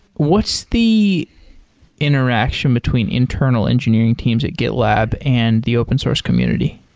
what's the interaction between internal engineering teams at gitlab and the open source community?